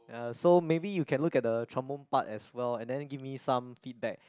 uh so maybe you can look at the trombone part as well and then give me some feedback